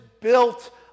built